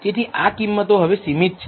તેથી આ કિંમતો હવે સીમિત છે